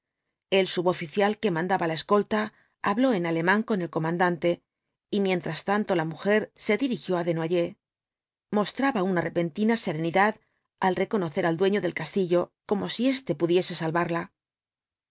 el suboficial que mandaba la escolta habló en alemán con el comandante y mientras tanto la mujer se dirigió á desnoyers mostraba una repentina serenidad al reconocer al dueño del castillo como si éste pudiese salvarla